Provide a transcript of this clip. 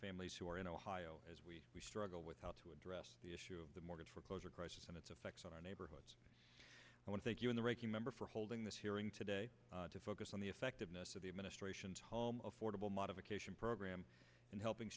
families who are in ohio as we struggle with how to address the issue of the mortgage foreclosure crisis and its effects on our neighborhoods i want to take you in the ranking member for holding this hearing today to focus on the effectiveness of the administration's home affordable modification program and helping